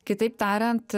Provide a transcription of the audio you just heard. kitaip tariant